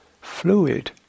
fluid